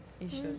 issues